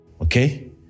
Okay